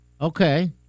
Okay